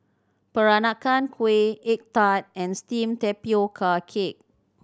Peranakan Kueh egg tart and steamed tapioca cake